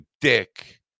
dick